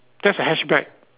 that's a hatchback